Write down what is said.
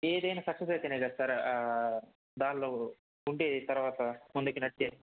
ఏదైనా సక్సెస్ అయితేనే కదా సర్ ఆ దానిలో ఉండి తర్వాత పొందిగినట్టే